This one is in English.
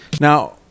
now